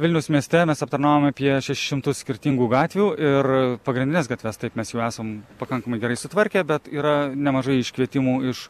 vilniaus mieste mes aptarnavom apie šešis šimtus skirtingų gatvių ir pagrindines gatves taip mes jau esam pakankamai gerai sutvarkę bet yra nemažai iškvietimų iš